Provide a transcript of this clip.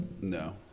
No